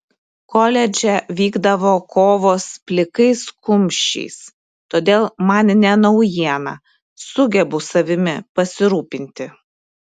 koledže vykdavo kovos plikais kumščiais todėl man ne naujiena sugebu savimi pasirūpinti